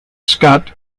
scott